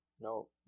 no